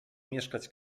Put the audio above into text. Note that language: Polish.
mieszkać